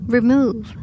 Remove